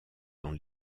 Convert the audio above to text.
dans